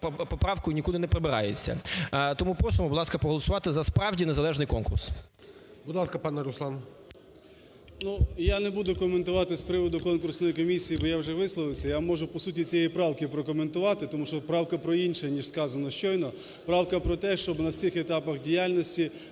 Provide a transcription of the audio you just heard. поправкою нікуди не прибирається. Тому просимо, будь ласка, проголосувати за, справді, незалежний конкурс. ГОЛОВУЮЧИЙ. Будь ласка, пане Руслан. 16:07:02 КНЯЗЕВИЧ Р.П. Ну я не буду коментувати з приводу конкурсної комісії, бо я вже висловився, я можу по суті цієї правки прокоментувати, тому що правка про інше, ніж сказано щойно. Правка про те, щоб на всіх етапах діяльності